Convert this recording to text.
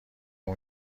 اون